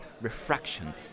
refraction